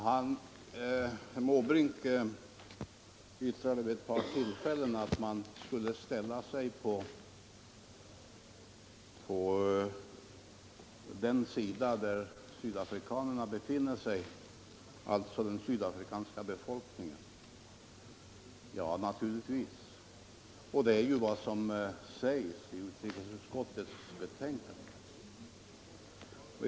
Herr Måbrink sade vid ett par tillfällen att han tyckte att vi borde ställa oss på samma sida som den sydafrikanska befolkningen. Ja, naturligtvis skall vi göra det — det är ju också vad som sägs i utrikesutskottets betänkande.